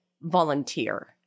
volunteer